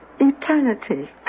eternity